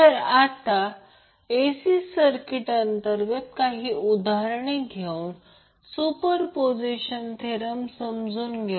तर आता AC circuit अंतर्गत काही उदाहरणे घेऊन सुपरपोझिशन थेरम समजून घेऊ